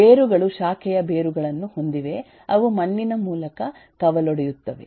ಬೇರುಗಳು ಶಾಖೆಯ ಬೇರುಗಳನ್ನು ಹೊಂದಿವೆ ಅವು ಮಣ್ಣಿನ ಮೂಲಕ ಕವಲೊಡೆಯುತ್ತವೆ